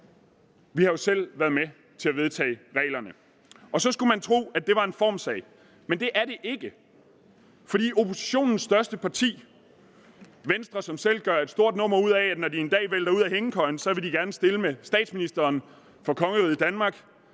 vi har jo selv været med til at vedtage reglerne. Så skulle man tro, at det var en formssag, men det er det ikke. For oppositionens største parti, Venstre, som selv gør et stort nummer ud af, at man, når man en dag vælter ud af hængekøjen, så gerne vil stille med statsministerposten for kongeriget Danmark,